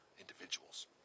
individuals